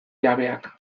jabeak